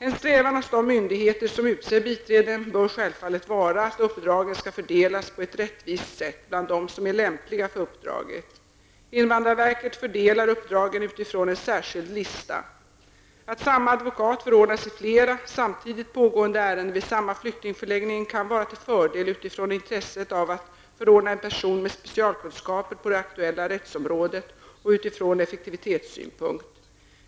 En strävan hos de myndigheter som utser biträden bör självfallet vara att uppdragen skall fördelas på ett rättvist sätt bland dem som är lämpliga för uppdraget. Invandrarverket fördelar uppdragen utifrån en särskild lista. Att samma advokat förordnas i flera samtidigt pågående ärenden vid samma flyktingförläggning kan vara till fördel utifrån intresset av att förordna en person med specialkunskaper på det aktuella rättsområdet och utifrån effektivitetssynpunkt.